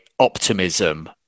optimism